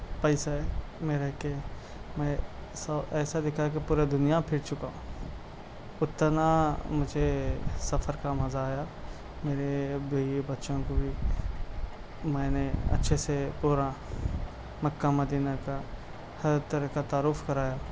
پیسہ ہیں میں رہ کے میں ایسا ایسا دکھا کہ پورا دنیا پھر چُکا اتنا مجھے سفر کا مزہ آیا میرے بیوی بچوں کو بھی میں نے اچھے سے پورا مکّہ مدینہ کا ہر طرح کا تعارف کرایا